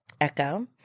Echo